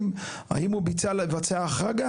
זה צריך לבוא לשנות אותו בוועדת תעריפים.